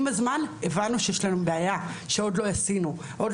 עם הזמן הבנו שיש לנו בעיה שעוד לא צמצמנו